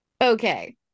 Okay